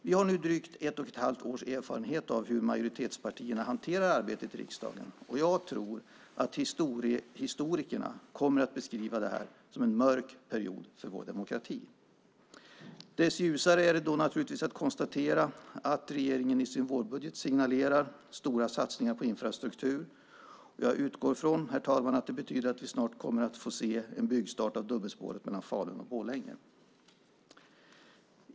Vi har nu drygt ett och ett halvt års erfarenhet av hur majoritetspartierna hanterar arbetet i riksdagen, och jag tror att historikerna kommer att beskriva det som en mörk period för vår demokrati. Desto ljusare är det att konstatera att regeringen i sin vårbudget signalerar stora satsningar på infrastruktur. Jag utgår från, herr talman, att det betyder att vi snart kommer att få se en byggstart av dubbelspåret mellan Falun och Borlänge.